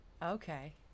Okay